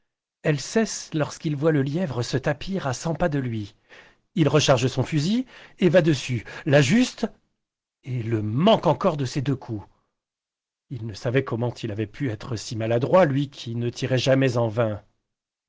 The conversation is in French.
elle cesse lorsqu'il voit le lièvre se tapir à cent pas de lui il recharge son fusil et va dessus l'ajuste et le manque encore de ses deux coups il ne savait comment il avait pu être si maladroit lui qui ne tirait jamais en vain